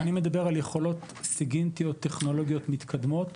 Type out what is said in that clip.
כשאני מדבר על יכולות סיגינטיות טכנולוגיות מתקדמות,